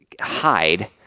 hide